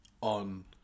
on